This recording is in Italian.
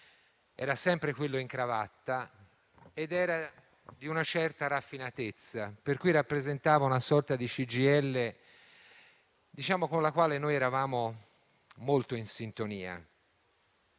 era sempre quello in cravatta ed era di una certa raffinatezza. Per cui, rappresentava una CGIL con la quale noi eravamo molto in sintonia.